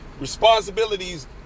responsibilities